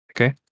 okay